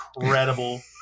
incredible